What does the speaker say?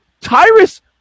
Tyrus